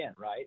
right